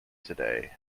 today